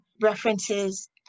references